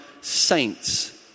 saints